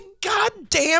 goddamn